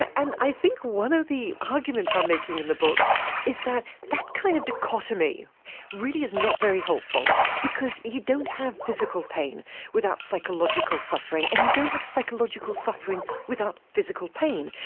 and i think one of the arguments i'm making in the book is that that kind of dichotomy really is not very helpful because you don't have physical pain without psychological suffering, and you don't have psychological suffering without physical pain.